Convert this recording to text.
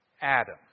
Adam